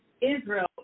Israel